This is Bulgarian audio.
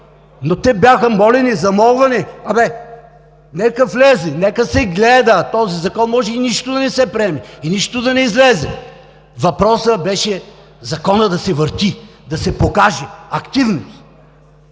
но те бяха молени, замолвани: абе, нека влезе, нека се гледа този Закон, може и нищо да не се приеме, и нищо да не излезе! Въпросът беше Законът да се върти, да се покаже активност,